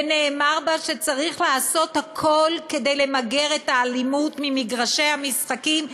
ונאמר בו שצריך לעשות הכול למגר את האלימות במגרשי המשחקים,